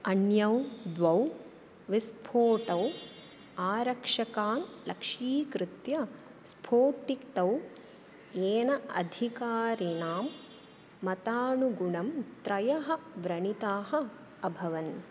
अन्यौ द्वौ विस्फोटौ आरक्षकान् लक्ष्यीकृत्य स्फोटितौ येन अधिकारिणां मतानुगुणं त्रयः व्रणिताः अभवन्